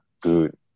good